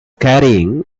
carrying